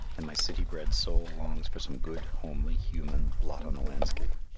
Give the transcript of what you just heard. and my city-bred soul longs for some good, homely, human blot on the landscape.